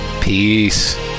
Peace